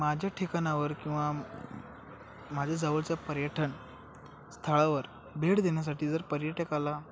माझ्या ठिकाणावर किंवा माझ्या जवळच्या पर्यटनस्थळावर भेट देण्यासाठी जर पर्यटकाला